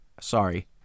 Sorry